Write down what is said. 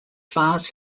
files